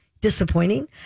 disappointing